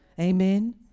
Amen